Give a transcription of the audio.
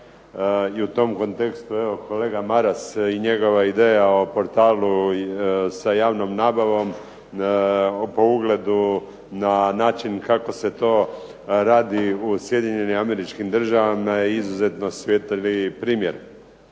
I u tom kontekstu evo kolega Maras i njegova ideja o portalu sa javnom nabavom po ugledu na način kako se to radi u SAD-u je izuzetno svijetli primjer